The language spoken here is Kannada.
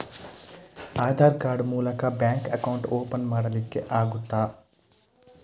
ಆಧಾರ್ ಕಾರ್ಡ್ ಮೂಲಕ ಬ್ಯಾಂಕ್ ಅಕೌಂಟ್ ಓಪನ್ ಮಾಡಲಿಕ್ಕೆ ಆಗುತಾ?